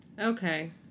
Okay